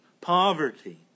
poverty